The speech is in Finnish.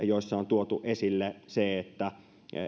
joissa on tuotu esille se että